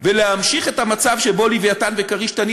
ולהמשיך את המצב שבו "לווייתן" ו"כריש-תנין"